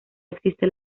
existe